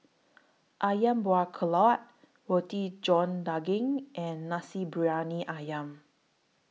Ayam Buah Keluak Roti John Daging and Nasi Briyani Ayam